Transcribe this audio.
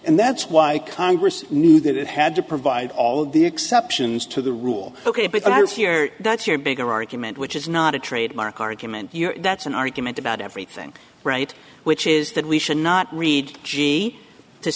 and that's why congress knew that it had to provide all of the exceptions to the rule ok but i was here that's your bigger argument which is not a trademark argument here that's an argument about everything right which is that we should not read g to